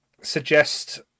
suggest